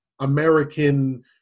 American